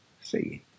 see